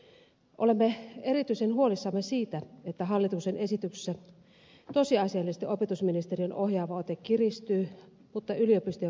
olemme erityisen huolissamme siitä että hallituksen esityksessä tosiasiallisesti opetusministeriön ohjaava ote kiristyy mutta yliopistojen vastuu kasvaa